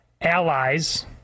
allies